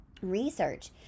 research